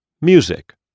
music